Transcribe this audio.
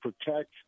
protect